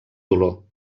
dolor